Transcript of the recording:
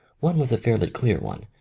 one was a fairly clear one,